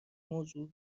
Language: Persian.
موضوع